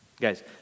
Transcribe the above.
Guys